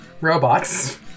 robots